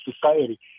society